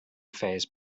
phase